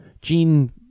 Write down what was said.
Gene